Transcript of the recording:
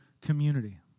community